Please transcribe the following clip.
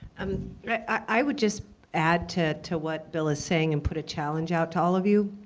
um yeah i would just add to to what bill is saying and put a challenge out to all of you.